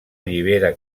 allibera